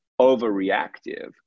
overreactive